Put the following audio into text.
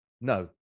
No